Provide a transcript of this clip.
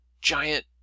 giant